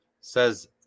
says